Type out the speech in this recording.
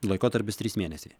laikotarpis trys mėnesiai